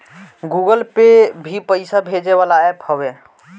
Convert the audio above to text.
Google Pay भी पईसा भेजे वाला एप्प हवे